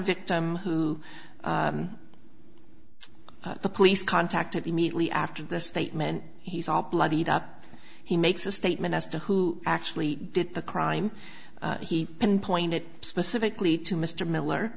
victim who the police contacted immediately after this statement he's all bloodied up he makes a statement as to who actually did the crime he can point it specifically to mr miller